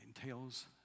entails